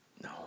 No